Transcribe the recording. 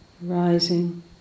rising